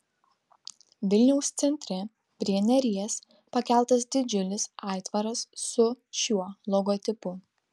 vilniaus centre prie neries pakeltas didžiulis aitvaras su šiuo logotipu